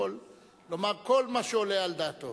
ויכול לומר כל מה שעולה על דעתו.